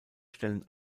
stellen